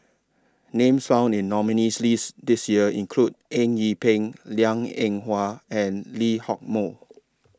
Names found in nominees' list This Year include Eng Yee Peng Liang Eng Hwa and Lee Hock Moh